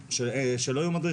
אמנם יהיו שעות שלא יהיו מדריכים,